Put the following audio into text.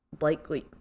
likely